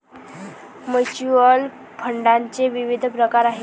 mutual फंडाचे विविध प्रकार आहेत